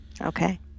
okay